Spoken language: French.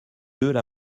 l’a